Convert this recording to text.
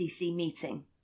meeting